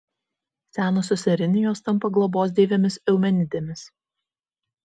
senosios erinijos tampa globos deivėmis eumenidėmis